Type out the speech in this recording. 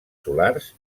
solars